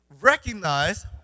recognize